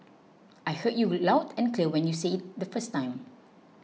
I heard you loud and clear when you said it the first time